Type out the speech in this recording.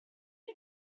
did